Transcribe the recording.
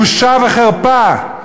בושה וחרפה.